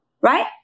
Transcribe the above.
right